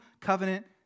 covenant